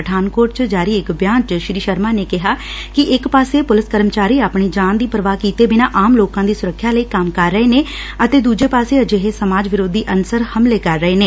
ਪਠਾਨਕੋਟ 'ਚ ਜਾਰੀ ਇਕ ਬਿਆਨ 'ਚ ਸ੍ਰੀ ਸ਼ਰਮਾ ਨੇ ਕਿਹਾ ਕਿ ਇਕ ਪਾਸੇ ਪੁਲਿਸ ਕਰਮਚਾਰੀ ਆਪਣੀ ਜਾਨ ਦੀ ਪਰਵਾਹ ਕੀਤੇ ਬਿਨਾ ਆਮ ਲੋਕਾਂ ਦੀ ਸੁਰੱਖਿਆ ਲਈ ਕੰਮ ਕਰ ਰਹੇ ਨੇ ਅਤੇ ਦੁਜੇ ਪਾਸੇ ਅਜਿਹੇ ਸਮਾਜ ਵਿਰੋਧੀ ਅੰਸਰ ਹਮਲੇ ਕਰ ਰਹੇ ਨੇ